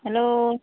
fan